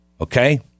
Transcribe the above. Okay